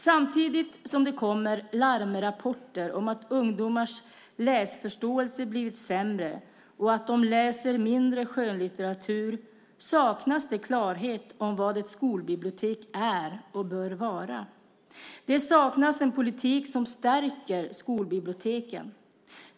Samtidigt som det kommer larmrapporter om att ungdomars läsförståelse blivit sämre och att de läser mindre skönlitteratur saknas det klarhet i vad ett skolbibliotek är och bör vara. Det saknas en politik som stärker skolbiblioteken.